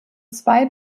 zwei